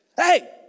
Hey